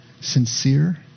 sincere